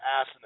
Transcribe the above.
ass